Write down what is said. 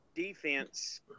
defense